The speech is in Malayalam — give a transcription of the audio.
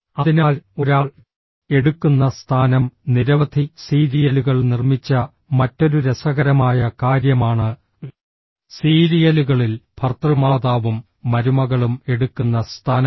അതിനാൽ ഒരാൾ എടുക്കുന്ന സ്ഥാനം നിരവധി സീരിയലുകൾ നിർമ്മിച്ച മറ്റൊരു രസകരമായ കാര്യമാണ് സീരിയലുകളിൽ ഭർതൃമാതാവും മരുമകളും എടുക്കുന്ന സ്ഥാനങ്ങൾ